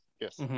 Yes